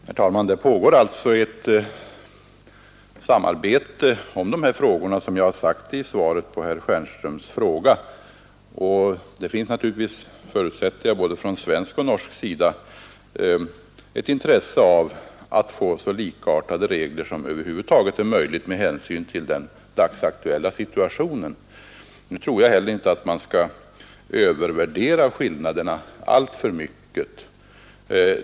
Herr talman! Det pågår, som jag sagt i svaret på herr Stjernströms fråga, ett samarbete om dessa frågor. Jag förutsätter naturligtvis att det både från svenskt och från norskt håll finns ett intresse av att få så likartade regler som över huvud taget är möjligt med hänsyn till den dagsaktuella situationen. Jag tror inte heller att man skall övervärdera skillnaderna alltför mycket.